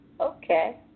Okay